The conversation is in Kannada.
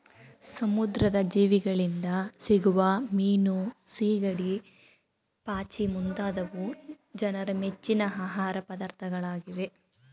ಸಮುದ್ರದ ಜೀವಿಗಳಿಂದ ಸಿಗುವ ಮೀನು, ಸಿಗಡಿ, ಪಾಚಿ ಮುಂತಾದವು ಜನರ ಮೆಚ್ಚಿನ ಆಹಾರ ಪದಾರ್ಥಗಳಾಗಿವೆ